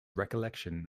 recollection